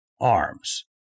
arms